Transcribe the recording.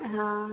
ହଁ